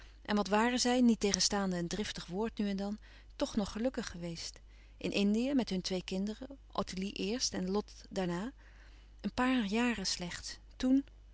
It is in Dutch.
en wat waren zij niettegenstaande een driftig woord nu en dan toch nog gelukkig geweest in indië met hun twee kinderen ottilie eerst en lot daarna een paar jaren slechts toèn